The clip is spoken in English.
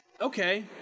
Okay